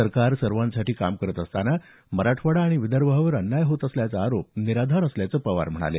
सरकार सर्वांसाठी काम करत असताना मराठवाडा आणि विदर्भावर अन्याय होत असल्याचा आरोप निराधार असल्याचं पवार म्हणाले